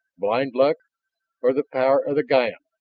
blind luck or the power of the ga-n?